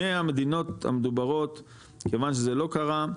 מהמדינות המדוברות כיוון שזה לא קרה,